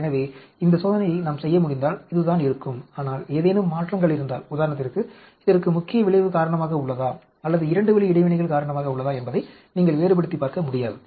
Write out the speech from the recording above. எனவே இந்த சோதனையை நாம் செய்ய முடிந்தால் இதுதான் இருக்கும் ஆனால் ஏதேனும் மாற்றங்கள் இருந்தால் உதாரணத்திற்கு இதற்கு முக்கிய விளைவு காரணமாக உள்ளதா அல்லது 2 வழி இடைவினைகள் காரணமாக உள்ளதா என்பதை நீங்கள் வேறுபடுத்திப் பார்க்க முடியாது